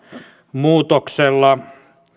muutoksella